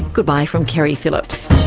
goodbye from keri phillips